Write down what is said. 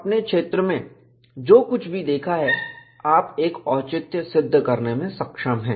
अपने क्षेत्र में जो कुछ भी देखा है आप एक औचित्य सिद्ध करने में सक्षम हैं